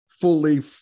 fully